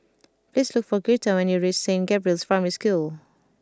please look for Girtha when you reach Saint Gabriel's Primary School